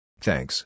Thanks